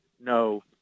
no